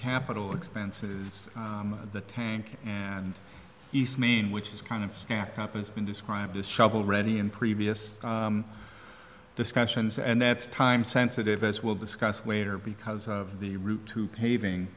capital expenses the tank and east main which is kind of stacked up it's been described as shovel ready in previous discussions and that's time sensitive as we'll discuss later because of the route to paving